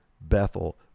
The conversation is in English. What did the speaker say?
Bethel